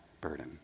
burden